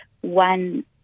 one